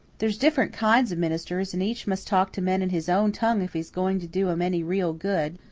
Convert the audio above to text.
there's different kinds of ministers, and each must talk to men in his own tongue if he's going to do em any real good,